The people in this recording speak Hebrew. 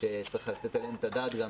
שצריך לתת עליהן את הדעת.